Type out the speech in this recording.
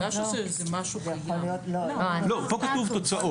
לא, פה כתוב תוצאות.